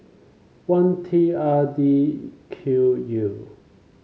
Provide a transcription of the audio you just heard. one T R D Q U